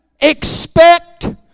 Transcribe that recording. Expect